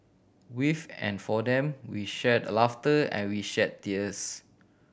with and for them we shared laughter and we shared tears